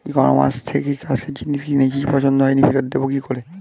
ই কমার্সের থেকে চাষের জিনিস কিনেছি পছন্দ হয়নি ফেরত দেব কী করে?